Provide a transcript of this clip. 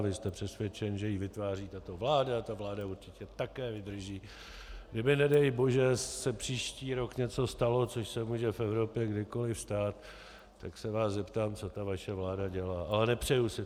Vy jste přesvědčen, že ji vytváří tato vláda, ta vláda určitě také vydrží, kdyby nedej Bože se příští rok něco stalo, což se může v Evropě kdykoliv stát, tak se vás zeptám, co ta vaše vláda dělá, ale nepřeji si to.